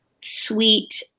sweet